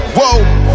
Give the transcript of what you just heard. Whoa